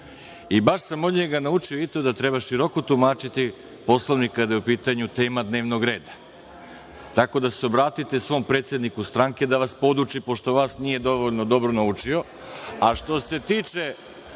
i baš sam od njega naučio i to da treba široko tumačiti Poslovnik kada je u pitanju tema dnevnog reda. Tako da se obratite svom predsedniku stranke da vas poduči, pošto vas nije dovoljno dobro naučio. Što